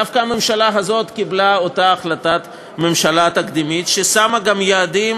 דווקא הממשלה הזאת קיבלה את אותה החלטת ממשלה תקדימית ששמה גם יעדים